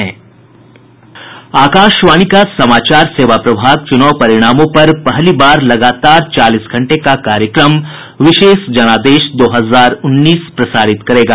आकाशवाणी का समाचार सेवा प्रभाग चुनाव परिणामों पर पहली बार लगातार चालीस घंटे का कार्यक्रम विशेष जनादेश दो हजार उन्नीस प्रसारित करेगा